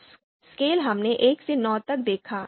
scale हमने 1 से 9 तक देखा